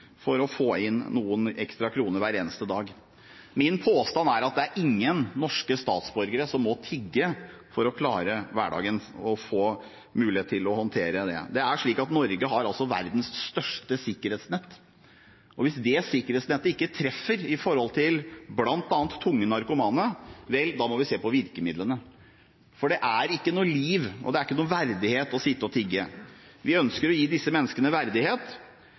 for å få inn noen ekstra kroner hver eneste dag. Min påstand er at det er ingen norske statsborgere som må tigge for å klare hverdagen og ha mulighet til å håndtere den. Det er slik at Norge har verdens største sikkerhetsnett, og hvis det sikkerhetsnettet ikke treffer bl.a. tunge narkomane, må vi se på virkemidlene, for det er ikke noe liv, og det er ikke noen verdighet i, å sitte og tigge. Vi ønsker å gi disse menneskene verdighet.